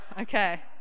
Okay